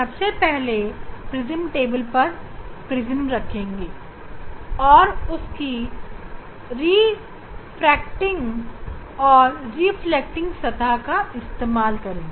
सबसे पहले prism table पर प्रिज्म रखेंगे और उसकी रिफ्लेक्टिंग सतह का इस्तेमाल करेंगे